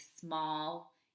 small